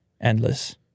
endless